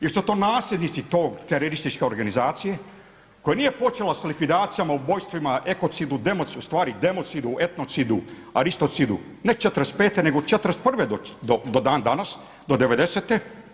Jesu to nasljednici te terorističke organizacije koja nije počela sa likvidacijama, ubojstvima, ekocidu, ustvari democidu, etnocidu, aristocidu ne '45. nego '41. do dan danas, do '90.-te?